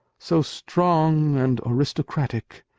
so strong and aristocratic,